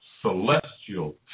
celestial